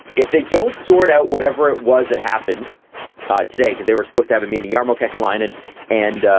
if they don't sort out whatever it was that happened today because they were supposed to have a meeting jarmo kekalainen and